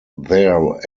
there